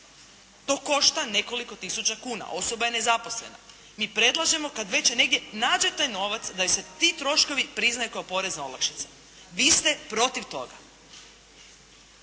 to košta nekoliko tisuća kuna, osoba je nezaposlena. Mi predlažemo kad već negdje nađe taj novac da joj se ti troškovi priznaju kao porezna olakšica. Vi ste protiv toga.